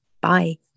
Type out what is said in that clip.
Bye